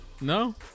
No